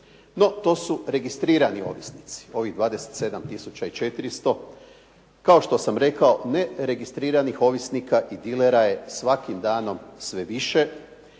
No, to su registrirani ovisnici. Ovih 27 tisuća i 400. kao što sam rekao neregistriranih ovisnika i dilera je svakim danom sve više.